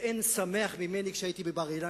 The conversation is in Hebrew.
ולא היה שמח ממני כשהייתי בבר-אילן